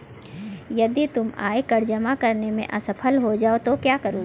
यदि तुम आयकर जमा करने में असफल हो जाओ तो क्या करोगे?